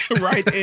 right